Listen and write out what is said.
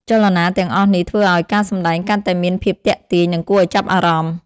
ចលនាទាំងអស់នេះធ្វើឲ្យការសម្ដែងកាន់តែមានភាពទាក់ទាញ និងគួរឲ្យចាប់អារម្មណ៍។